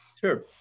Sure